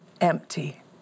empty